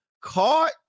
caught